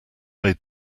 made